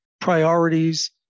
priorities